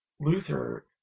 luther